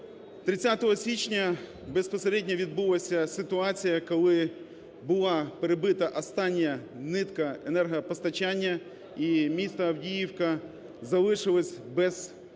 30 січня безпосередньо відбулася ситуація, коли була перебита остання нитка енергопостачання і місто Авдіївка залишилося без, не тільки